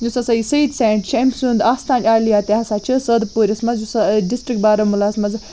یُس ہسا یہِ سید سٮ۪نٛٹ چھِ أمۍ سُنٛد آستانہِ عالیہ تہِ ہسا چھِ صٲدٕ پوٗرِس منٛز یُسہ ڈِسٹِرٛک بارہمولہَس منٛز